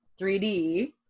3D